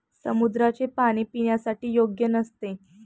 समुद्राचे पाणी पिण्यासाठी योग्य नसते